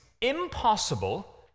impossible